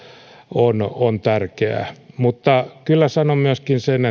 on on tärkeää mutta kyllä sanon myöskin sen